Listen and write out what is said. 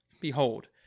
Behold